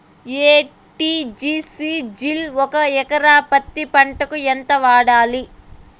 ఎ.టి.జి.సి జిల్ ఒక ఎకరా పత్తి పంటకు ఎంత వాడాలి?